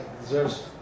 deserves